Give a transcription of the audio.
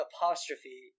apostrophe